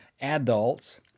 adults